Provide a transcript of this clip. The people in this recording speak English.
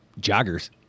joggers